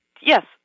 yes